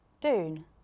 Dune